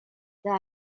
there